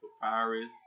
papyrus